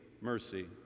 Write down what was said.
mercy